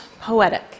poetic